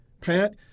Pat